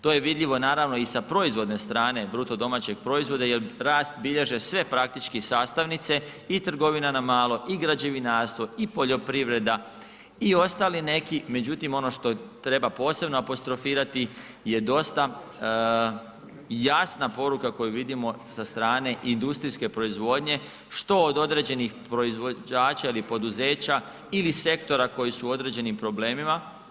To je vidljivo naravno i sa proizvodne strane BDP-a jer rast bilježe sve praktički sastavnice i trgovina na malo i građevinarstvo i poljoprivreda i ostali neki međutim ono što treba posebno apostrofirati jer dosta jasna poruka koju vidimo sa strane industrijske proizvodnje što od određenih proizvođača ili poduzeća ili sektora koji su u određenim problemima.